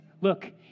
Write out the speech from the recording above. Look